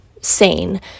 sane